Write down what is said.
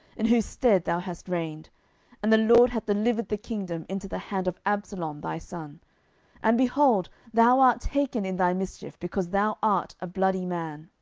in whose stead thou hast reigned and the lord hath delivered the kingdom into the hand of absalom thy son and, behold, thou art taken in thy mischief, because thou art a bloody man.